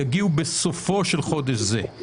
רק בסופו של חודש זה.